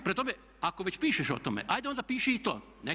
Prema tome, ako već pišeš o tome ajde onda piši i to.